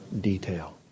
detail